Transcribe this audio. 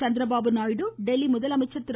சந்திரபாபு நாயுடு டெல்லி முதலமைச்சர் திரு